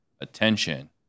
attention